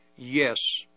Yes